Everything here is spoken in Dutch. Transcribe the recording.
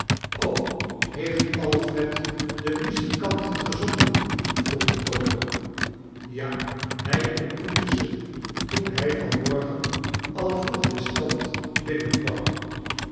heeft alfred de muzikanten gezonden vroeg de doctor ja hij ontmoette ze toen hij van morgen al vroeg de stad binnenkwam